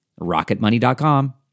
Rocketmoney.com